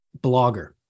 blogger